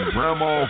Grandma